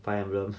fire emblem